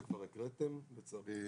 לספק.